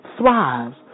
thrives